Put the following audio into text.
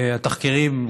התחקירים,